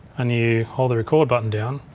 and you hold the record button down,